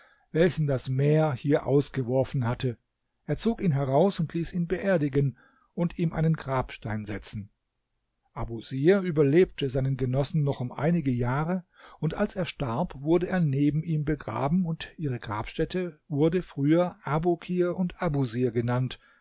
welchen das meer hier ausgeworfen hatte er zog ihn heraus und ließ ihn beerdigen und ihm einen grabstein setzen abusir überlebte seinen genossen noch um einige jahre und als er starb wurde er neben ihm begraben und ihre grabstätte wurde früher abukir und abusir genannt